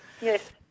yes